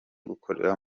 gukorera